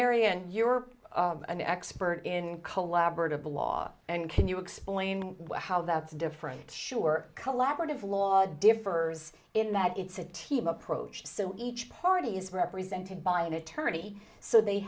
barry and you're an expert in collaborative law and can you explain how that's different sure collaborative law differs in that it's a team approach so each party is represented by an attorney so they